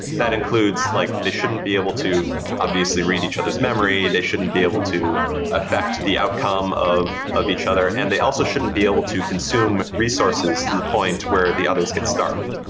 that includes like they shouldn't be able to obviously read each other's memory. they shouldn't be able to affect the outcome of of each other, and they also shouldn't be able to consume resources to the point where the others get starved.